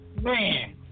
man